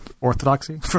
orthodoxy